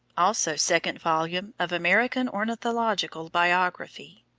also second volume of american ornithological biography.